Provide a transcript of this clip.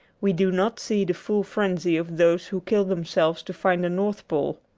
we do not see the full frenzy of those who kill themselves to find the north pole.